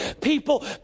people